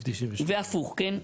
והפוך כן?